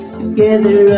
together